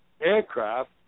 aircraft